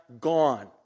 gone